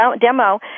demo